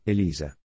Elisa